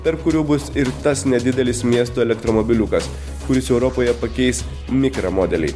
tarp kurių bus ir tas nedidelis miesto elektromobiliukas kuris europoje pakeis mikra modelį